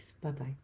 Bye-bye